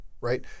Right